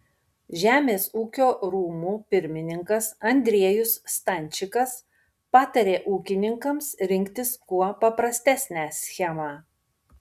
žemės ūkio rūmų pirmininkas andriejus stančikas patarė ūkininkams rinktis kuo paprastesnę schemą